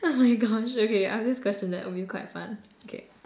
oh my gosh okay I've this question that will be quite fun okay